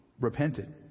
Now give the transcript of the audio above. repented